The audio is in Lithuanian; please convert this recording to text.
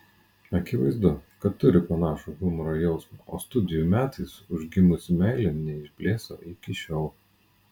akivaizdu kad turi panašų humoro jausmą o studijų metais užgimusi meilė neišblėso iki šiol